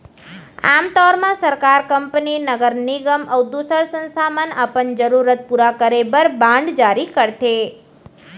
आम तौर म सरकार, कंपनी, नगर निगम अउ दूसर संस्था मन अपन जरूरत पूरा करे बर बांड जारी करथे